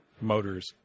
motors